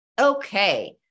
Okay